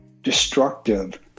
destructive